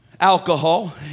alcohol